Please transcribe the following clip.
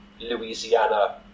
Louisiana